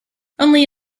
only